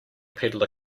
peddler